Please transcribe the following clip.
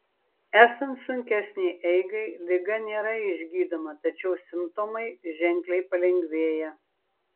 esant sunkesnei eigai liga nėra išgydoma tačiau simptomai ženkliai palengvėja